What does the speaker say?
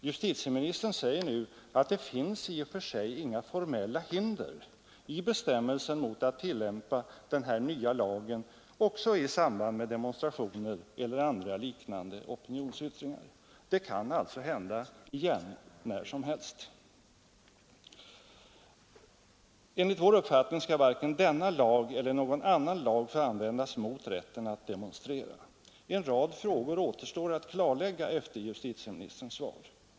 Justitieministern säger nu att det finns i och för sig inga formella hinder i bestämmelsen mot att tillämpa den här nya lagen också i samband med demonstrationer eller andra liknande opinionsyttringar. Det kan alltså hända igen när som helst. Enligt vår uppfattning skall varken denna lag eller någon annan lag få användas mot rätten att demonstrera. En rad frågor återstår att klarlägga efter justitieministerns svar.